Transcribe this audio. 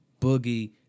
Boogie